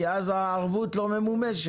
כי אז הערבות לא ממומשת.